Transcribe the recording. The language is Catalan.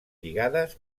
lligades